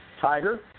Tiger